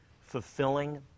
fulfilling